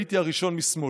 הייתי הראשון משמאל.